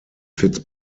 fits